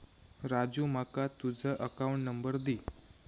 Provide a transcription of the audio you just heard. राजू माका तुझ account number दी